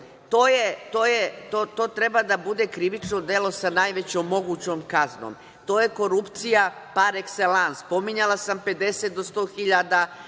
To treba da bude krivično delo sa najvećom mogućom kaznom. To je korupcija par ekselans. Pominjala sam 50 do 100.000